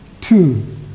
Two